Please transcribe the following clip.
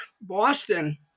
Boston